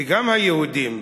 וגם היהודים,